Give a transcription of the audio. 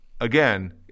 Again